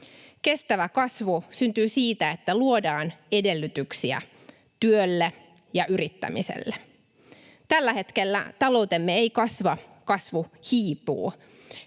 Kestävä kasvu syntyy siitä, että luodaan edellytyksiä työlle ja yrittämiselle. Tällä hetkellä taloutemme ei kasva, kasvu hiipuu,